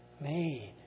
made